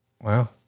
Wow